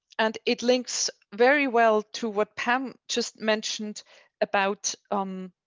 and it links very well to what pam just mentioned about. um